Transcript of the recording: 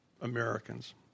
Americans